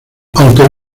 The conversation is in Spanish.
aunque